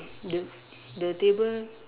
the the table